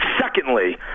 Secondly